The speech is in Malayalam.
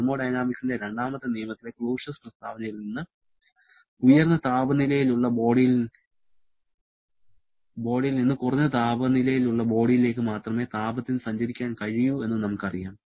തെർമോഡയനാമിക്സിന്റെ രണ്ടാമത്തെ നിയമത്തിലെ ക്ലോഷ്യസ് പ്രസ്താവനയിൽ നിന്ന് ഉയർന്ന താപനിലയിലുള്ള ബോഡിയിൽ നിന്ന് കുറഞ്ഞ താപനിലയിലുള്ള ബോഡിയിലേക്ക് മാത്രമേ താപത്തിന് സഞ്ചരിക്കാൻ കഴിയൂ എന്ന് നമുക്കറിയാം